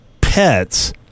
pets